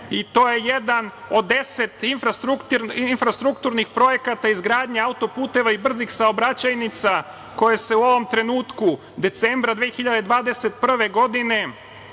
je jedan od deset infrastrukturnih projekata izgradnje autoputeva i brzih saobraćajnica koje se u ovom trenutku, decembra 2021. godine